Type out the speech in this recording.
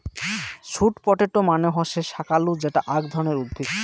sweet potato মানে হসে শাকালু যেটা আক ধরণের উদ্ভিদ